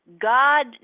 God